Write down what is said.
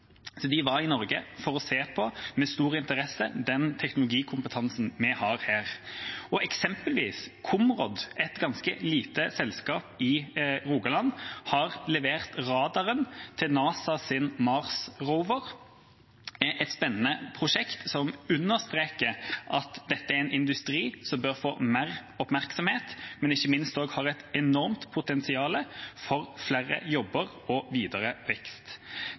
De var i Norge for å se, med stor interesse, på den teknologikompetansen vi har her. For eksempel har Comrod, et ganske lite selskap i Rogaland, levert radaren til NASAs Mars-rover – et spennende prosjekt som understreker at dette er en industri som bør få mer oppmerksomhet, og som ikke minst har et enormt potensial for flere jobber og videre vekst.